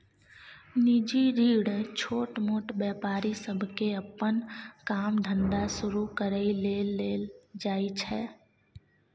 निजी ऋण छोटमोट व्यापारी सबके अप्पन काम धंधा शुरू करइ लेल लेल जाइ छै